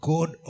God